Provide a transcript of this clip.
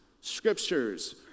scriptures